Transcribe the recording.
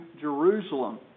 Jerusalem